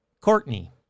Courtney